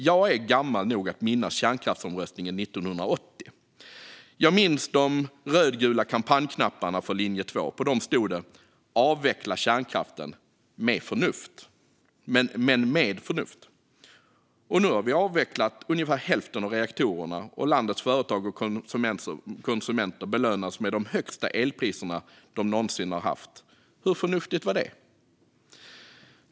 Jag är gammal nog att minnas kärnkraftsomröstningen 1980. Jag minns de rödgula kampanjknapparna för linje 2. På dem stod det: "Avveckla kärnkraften! Men med förnuft!" Nu har vi avvecklat ungefär hälften av reaktorerna, och landets företag och konsumenter belönas med de högsta elpriser som de någonsin har haft. Hur förnuftigt var det?